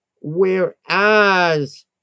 whereas